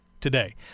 today